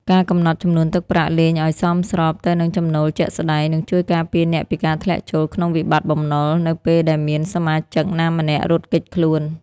ការកំណត់ចំនួនទឹកប្រាក់លេងឱ្យសមស្របទៅនឹងចំណូលជាក់ស្ដែង នឹងជួយការពារអ្នកពីការធ្លាក់ចូលក្នុងវិបត្តិបំណុល នៅពេលដែលមានសមាជិកណាម្នាក់រត់គេចខ្លួន។